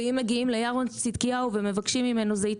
ואם מגיעים לירון צדקיהו ומבקשים ממנו זיתי